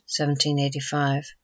1785